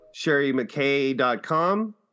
SherryMcKay.com